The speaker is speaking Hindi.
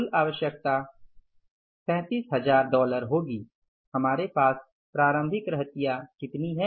कुल आवश्यकता 37000 डॉलर होगी हमारे पास प्रारंभिक रहतिया कितनी है